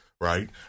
right